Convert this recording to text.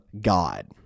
God